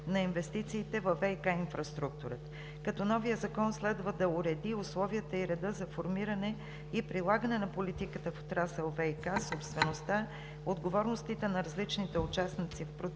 на инвестициите във ВиК инфраструктурата. Новият закон следва да уреди условията и реда за формиране и прилагане на политиката в отрасъл ВиК; собствеността; отговорностите на различните участници в процесите